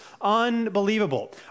unbelievable